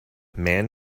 man